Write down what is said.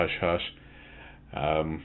hush-hush